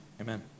amen